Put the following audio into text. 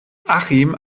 achim